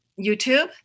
YouTube